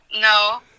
No